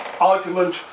argument